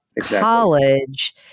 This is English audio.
college